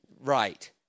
Right